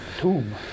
Tomb